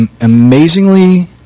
amazingly